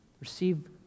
Receive